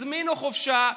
הזמינו חופשה,